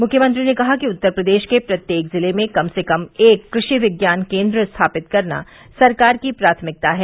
मुख्यमंत्री ने कहा कि उत्तर प्रदेश के प्रत्येक जिले में कम से कम एक कृषि विज्ञान केन्द्र स्थापित करना सरकार की प्राथमिकता है